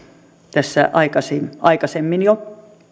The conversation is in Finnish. tässä aikaisemmin aikaisemmin jo